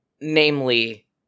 Namely